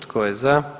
Tko je za?